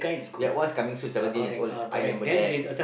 that one's coming soon seventeen years old is I remember that